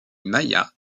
maya